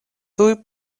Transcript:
tuj